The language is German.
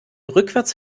rückwärts